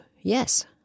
Yes